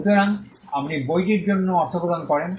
সুতরাং আপনি বইটির জন্য অর্থ প্রদান করেন